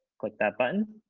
click that button,